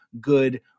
good